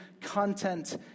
content